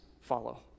follow